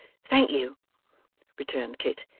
thank you returned kit.